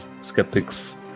skeptics